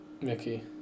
Mickey